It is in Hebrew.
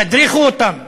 תדריכו אותם,